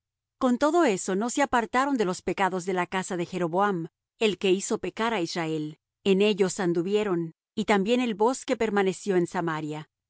con todo eso no se apartaron de los pecados de la casa de jeroboam el que hizo pecar á israel en ellos anduvieron y también el bosque permaneció en samaria